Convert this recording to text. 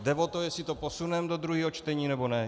Jde o to, jestli to posuneme do druhého čtení, nebo ne.